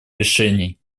решений